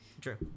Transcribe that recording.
True